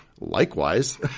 likewise